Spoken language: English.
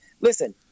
Listen